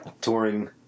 touring